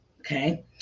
Okay